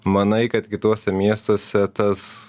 manai kad kituose miestuose tas